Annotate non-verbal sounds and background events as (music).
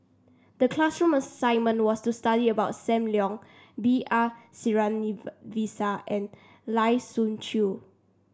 the classroom assignment was to study about Sam Leong B R (unintelligible) and Lai Siu Chiu